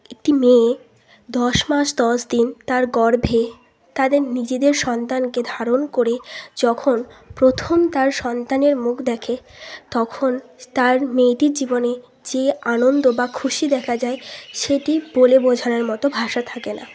একটি মেয়ে দশ মাস দশ দিন তার গর্ভে তাদের নিজেদের সন্তানকে ধারণ করে যখন প্রথম তার সন্তানের মুখ দেখে তখন তার মেয়েটির জীবনে যে আনন্দ বা খুশি দেখা সেটি বলে বোঝানোর মতো ভাষা থাকে না